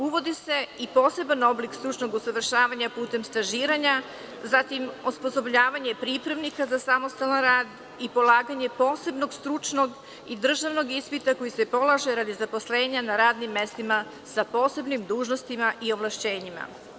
Uvodi se i poseban oblik stručnog usavršavanja putem stažiranja, zatim osposobljavanje pripravnika za samostalan rad i polaganje posebnog stručnog i državnog ispita koji se polaže radi zaposlenja na radnim mestima sa posebnim dužnostima i ovlašćenjima.